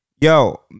yo